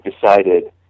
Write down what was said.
decided